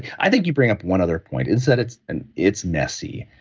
i think you bring up one other point is that it's and it's messy.